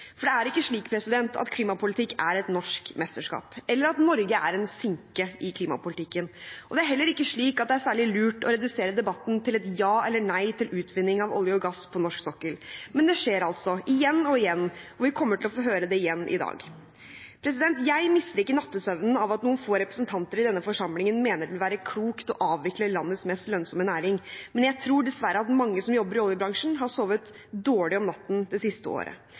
for det er ikke slik at klimapolitikk er et norsk mesterskap, eller at Norge er en sinke i klimapolitikken, og det er heller ikke slik at det er særlig lurt å redusere debatten til et ja eller nei til utvinning av olje og gass på norsk sokkel. Men det skjer altså – igjen og igjen – og vi kommer til å få høre det igjen i dag. Jeg mister ikke nattesøvnen av at noen få representanter i denne forsamlingen mener det vil være klokt å avvikle landets mest lønnsomme næring, men jeg tror dessverre at mange som jobber i oljebransjen, har sovet dårlig om natten det siste året